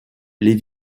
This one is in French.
les